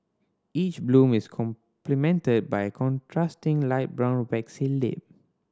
each bloom is complemented by a contrasting light brown waxy lip